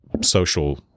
social